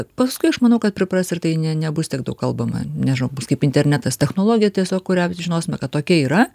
paskui aš manau kad pripras ir tai ne ne nebus tiek daug kalbama nežinau bus kaip internetas technologija tiesiog kurią visi žinosime kad tokia yra